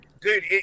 Dude